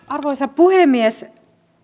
arvoisa puhemies